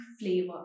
flavor